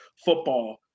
football